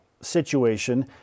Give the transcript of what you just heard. situation